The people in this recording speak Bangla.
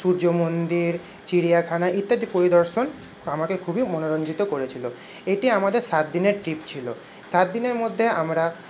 সূর্যমন্দির চিড়িয়াখানা ইত্যাদি পরিদর্শন আমাকে খুবই মনোরঞ্জিত করেছিলো এটি আমাদের সাতদিনের ট্রিপ ছিল সাতদিনের মধ্যে আমরা